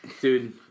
dude